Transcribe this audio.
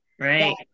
right